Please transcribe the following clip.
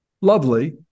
lovely